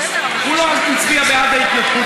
הוא לא הצביע בעד ההתנתקות,